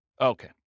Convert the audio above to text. Okay